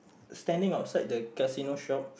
standing outside the casino shop